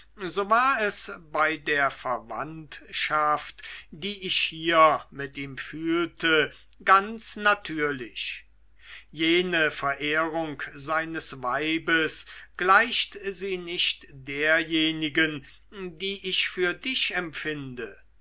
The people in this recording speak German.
so war es bei der verwandtschaft die ich hier mit ihm fühlte ganz natürlich jene verehrung seines weibes gleicht sie nicht derjenigen die ich für dich empfinde